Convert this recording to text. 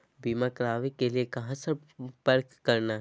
बीमा करावे के लिए कहा संपर्क करना है?